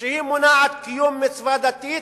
כשהיא מונעת קיום מצווה דתית,